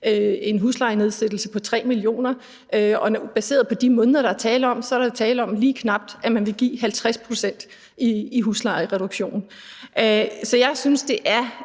en huslejenedsættelse på 3 mio. kr., og baseret på de måneder, der er tale om, er der tale om, at man vil give lige knap 50 pct. i huslejereduktion. Så jeg synes, det er